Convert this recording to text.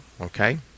okay